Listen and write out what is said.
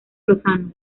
lozano